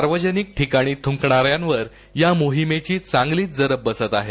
सार्वजनिक ठिकाणी थंकणाऱ्यांवर या मोहिमेची चांगलीच जरब बसली आहे